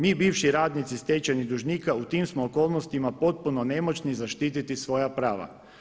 Mi bivši radnici stečajnih dužnika u tim smo okolnostima potpuno nemoćni zaštiti svoja prava.